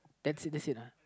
that's it that's it lah